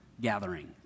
gathering